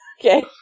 Okay